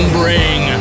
bring